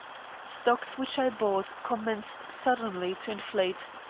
stocks which i bought commenced suddenly to inflate.